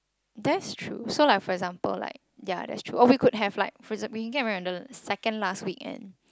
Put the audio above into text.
that's true so like for example like ya that's true or we could have like for ex~ we could get married on the second last weekend